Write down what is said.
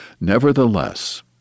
Nevertheless